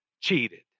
cheated